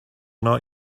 not